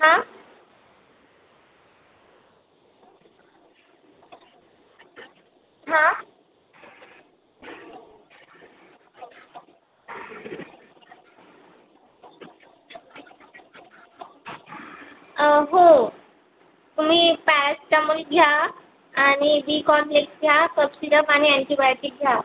हा हा हो तुम्ही पाच चमचे घ्या आणि डी कॉर्न मिल्क घ्या कफ सिरप आणि अँटीबायोटीक घ्या